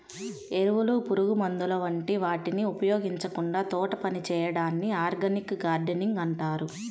ఎరువులు, పురుగుమందుల వంటి వాటిని ఉపయోగించకుండా తోటపని చేయడాన్ని ఆర్గానిక్ గార్డెనింగ్ అంటారు